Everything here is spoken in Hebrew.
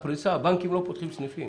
הפריסה, הבנקים לא פותחים סניפים.